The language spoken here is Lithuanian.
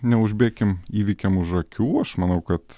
neužbėkim įvykiam už akių aš manau kad